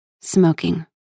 smoking